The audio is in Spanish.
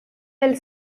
del